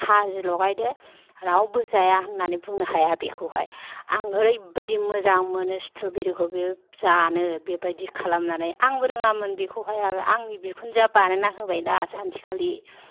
खाजि लगायदो रावबो जाया होन्नानै बुंनो हाया बेखौहाय आं ओरैबादि मोजां मोनो स्ट्रबेरिखौबो बे जानो बेबादि खालामनानै आंबो रोङामोन बेखौहाय आगोल आंनि बिखुनजोआ बानायना होबायदा सानसेखालि